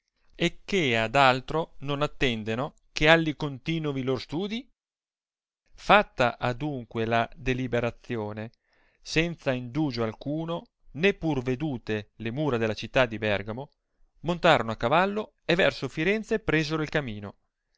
e che ad altro non attendeno che alli continovi lor studiif fatta adunque la deliberazione senza indugio alcuno né pur vedute le mura della città di bergamo montarono a cavallo e verso firenze presero il camino